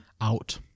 out